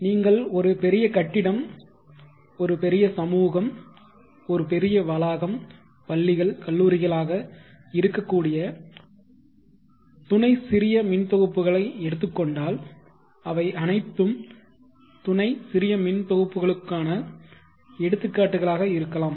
இப்போது நீங்கள் ஒரு பெரிய கட்டிடம் ஒரு பெரிய சமூகம் ஒரு பெரிய வளாகம் பள்ளிகள் கல்லூரிகளாக இருக்கக்கூடிய துணை சிறியமின்தொகுப்புகள் எடுத்துக் கொண்டால் அவை அனைத்தும் துணை சிறியமின்தொகுப்புகள்ளுக்கான எடுத்துக்காட்டுகளாக இருக்கலாம்